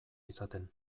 izaten